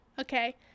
okay